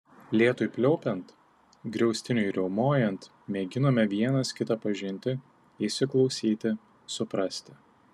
lietui pliaupiant griaustiniui riaumojant mėginome vienas kitą pažinti įsiklausyti suprasti